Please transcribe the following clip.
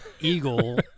eagle